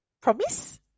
Promise